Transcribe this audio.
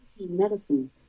medicine